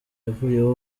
yavuyeho